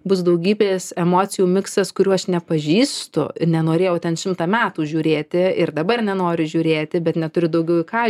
bus daugybės emocijų miksas kurių aš nepažįstu nenorėjau ten šimtą metų žiūrėti ir dabar nenoriu žiūrėti bet neturiu daugiau į ką